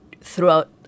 throughout